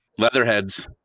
Leatherheads